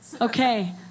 Okay